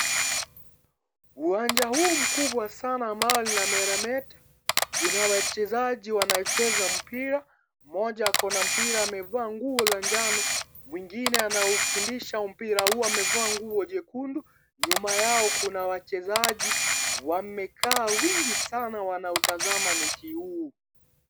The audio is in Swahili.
Uwanja huu mkubwa sana ambao inameremeta una wachezaji wanaocheza mpira, mmoja ako na mpira amevaa nguo za manjano mwingine anaukimbisha mpira huu amevaa nguo jekundu nyuma yao kuna wachezaji wamekaa wengi sana wanatazama mechi huu.